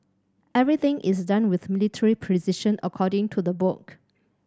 everything is done with military precision according to the book